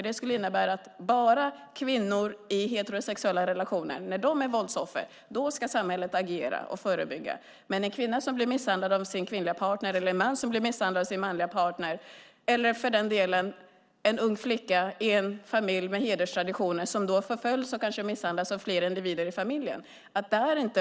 Det skulle innebära att samhället bara ska agera och förebygga när kvinnor i heterosexuella relationer är våldsoffer, men att de här åtgärderna inte skulle vidtas när en kvinna blir misshandlad av sin kvinnliga partner, en man blir misshandlad av sin manliga partner eller, för den delen, en ung flicka i en familj med hederstraditioner förföljs och kanske misshandlas av flera individer i familjen.